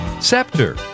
Scepter